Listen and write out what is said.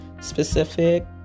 specific